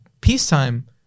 peacetime